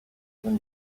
been